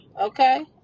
okay